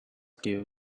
due